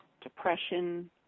depression